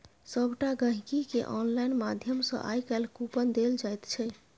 सभटा गहिंकीकेँ आनलाइन माध्यम सँ आय काल्हि कूपन देल जाइत छै